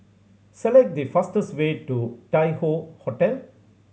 select the fastest way to Tai Hoe Hotel